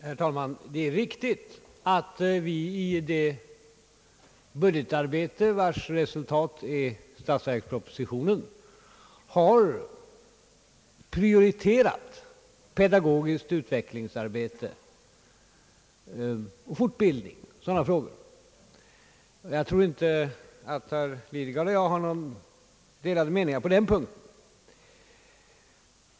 Herr talman! Det är riktigt att vi i det budgetarbete, vars resultat är statsverkspropositionen, har prioriterat sådana frågor som pedagogiskt utvecklingsarbete och fortbildning. Jag tror inte att herr Lidgard och jag har några delade meningar på den punkten.